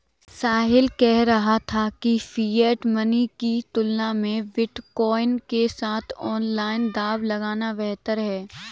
साहिल कह रहा था कि फिएट मनी की तुलना में बिटकॉइन के साथ ऑनलाइन दांव लगाना बेहतर हैं